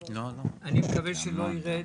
אני מקווה שלא יירד.